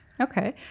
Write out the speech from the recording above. okay